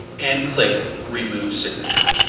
and click remove signature.